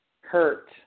Hurt